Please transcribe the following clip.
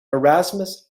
erasmus